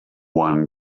one